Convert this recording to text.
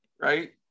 right